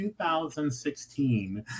2016